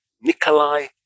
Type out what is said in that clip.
nikolai